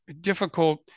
difficult